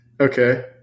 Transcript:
Okay